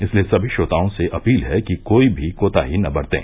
इसलिए सभी श्रोताओं से अपील है कि कोई भी कोताही न बरतें